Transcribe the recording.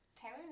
taylor